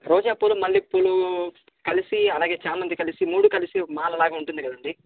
రోజాపూలు మల్లెపూలు కలిసి అలాగే చామంతి కలిసి మూడు కలిసి ఒక మాలలాగా ఉంటుంది కదండి